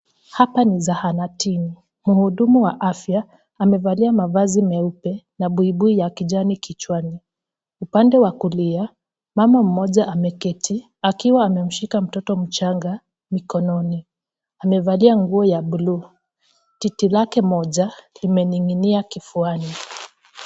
Hapa ni zahanatini. Mhudumu wa afya amevalia mavazi meupe na buibui ya kijani kichwani. Upande wa kulia, mama mmoja ameketi akiwa amemshika mtoto mchanga mikononi. Amevalia nguo ya buluu. Titi lake moja limening'inia kifuani.